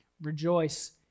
Rejoice